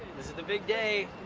this is the big day.